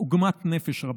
בעוגמת נפש רבה.